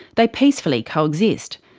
they peacefully coexist.